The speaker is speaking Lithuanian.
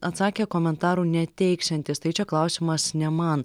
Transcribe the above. atsakė komentarų neteiksiantis tai čia klausimas ne man